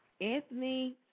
Anthony